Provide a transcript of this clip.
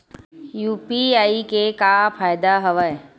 UPI के का फ़ायदा हवय?